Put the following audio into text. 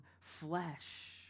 flesh